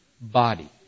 body